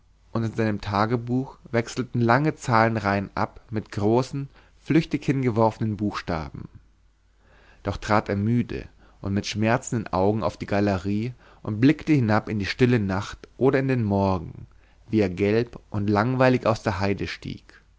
und in seinem tagebuch wechselten lange zahlenreihen ab mit großen flüchtig hingeworfenen buchstaben doch trat er müde und mit schmerzenden augen auf die galerie und blickte hinab in die stille nacht oder in den morgen wie er gelb und langweilig aus der heide stieg